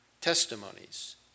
Testimonies